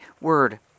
word